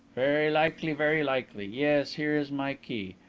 very likely, very likely. yes, here is my key.